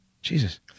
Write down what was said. Jesus